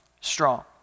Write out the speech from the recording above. strong